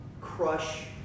crush